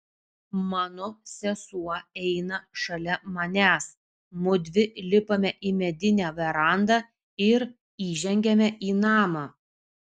mano sesuo eina šalia manęs mudvi lipame į medinę verandą ir įžengiame į namą